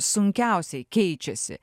sunkiausiai keičiasi